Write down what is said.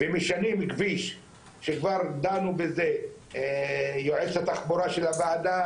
ומשנים כביש שכבר דנו בזה יועץ התחבורה של הוועדה,